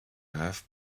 have